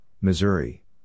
Missouri